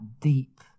deep